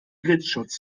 blitzschutz